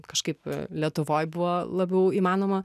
kažkaip lietuvoj buvo labiau įmanoma